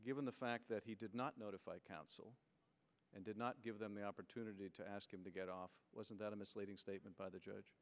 given the fact that he did not notify counsel and did not give them the opportunity to ask him to get off of that a misleading statement by the judge